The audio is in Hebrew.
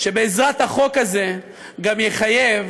שבעזרת החוק הזה גם יחייב